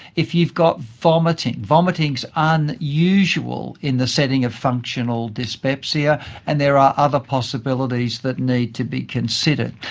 if you've got vomiting. vomiting so is yeah unusual in the setting of functional dyspepsia and there are other possibilities that need to be considered.